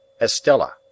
Estella